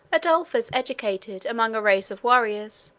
adolphus, educated among a race of warriors,